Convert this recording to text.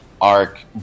arc